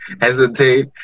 hesitate